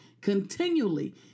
Continually